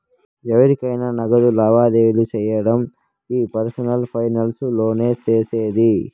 ఎవురికైనా నగదు లావాదేవీలు సేయడం ఈ పర్సనల్ ఫైనాన్స్ లోనే సేసేది